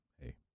hey